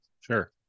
Sure